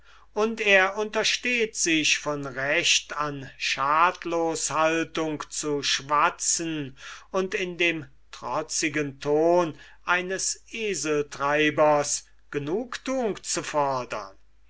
und er untersteht sich von recht an schadloshaltung zu schwatzen und in dem trotzigen tone eines eseltreibers genugtuung zu fordern